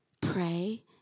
Pray